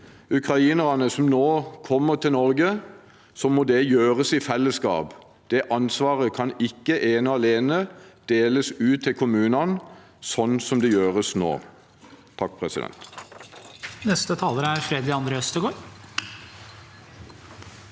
ukrainerne som nå kommer til Norge, må det gjøres i fellesskap. Det ansvaret kan ikke ene og alene deles ut til kommunene, sånn som det gjøres nå.